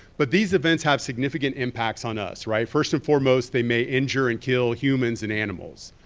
but these events have significant impacts on us, right? first and foremost, they may injure and kill humans and animals.